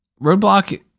Roadblock